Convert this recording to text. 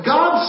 God